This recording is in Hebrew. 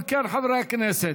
אם כן, חברי הכנסת,